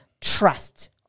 Trust